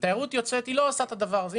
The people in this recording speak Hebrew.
תיירות יוצאת לא עושה את הדברה הזה,